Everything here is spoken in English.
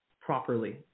properly